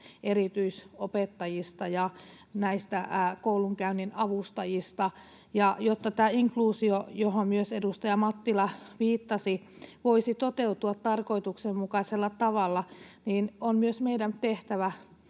erityisopettajista ja näistä koulunkäynninavustajista. Ja jotta tämä inkluusio, johon myös edustaja Mattila viittasi, voisi toteutua tarkoituksenmukaisella tavalla, niin on myös meidän tehtävämme